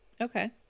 Okay